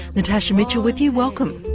natasha mitchell with you welcome.